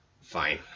fine